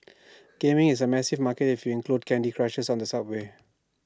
gaming is A massive market if you include candy Crushers on the subway